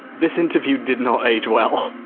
this interview did not age well.